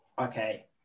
okay